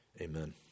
Amen